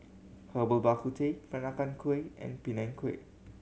Herbal Bak Ku Teh Peranakan Kueh and Png Kueh